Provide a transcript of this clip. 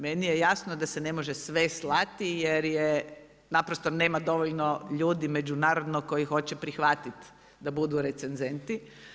Meni je jasno da se ne može sve slati, jer je naprosto nema dovoljno ljudi međunarodno koji hoće prihvatit da budu recenzenti.